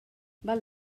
val